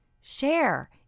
share